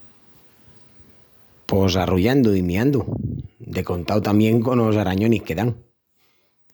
Pos arrullandu i miandu. De contau tamién conos arañonis que dan.